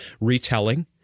retelling